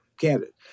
candidate